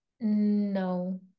no